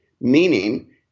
meaning